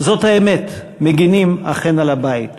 זאת האמת: אכן מגינים על הבית.